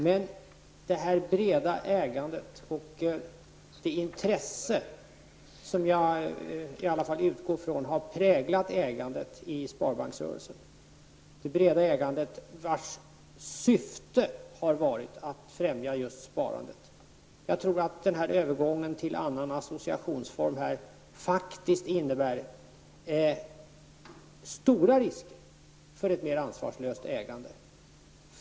Men detta breda ägande och det intresse, som jag utgår ifrån har präglat ägandet i sparbanksrörelsen, har syftat till att främja just sparandet. Jag tror att övergången till annan associationsform faktiskt innebär stora risker för ett mer ansvarslöst ägande.